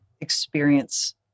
experience